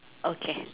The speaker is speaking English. okay